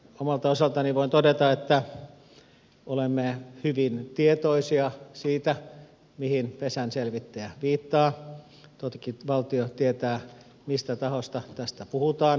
omalta osaltani voin todeta että olemme hyvin tietoisia siitä mihin pesänselvittäjä viittaa toki valtio tietää mistä tahosta tässä puhutaan